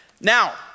now